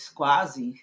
quase